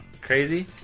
Crazy